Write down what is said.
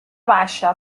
baixa